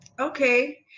Okay